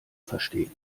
verstehen